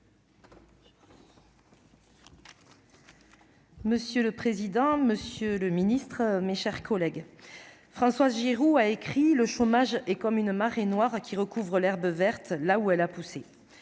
Monsieur le président, Monsieur le Ministre, mes chers collègues, Françoise Giroud a écrit le chômage et comme une marée noire qui recouvre l'herbe verte, là où elle a poussé à